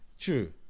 True